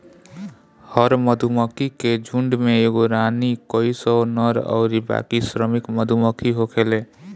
हर मधुमक्खी के झुण्ड में एगो रानी, कई सौ नर अउरी बाकी श्रमिक मधुमक्खी होखेले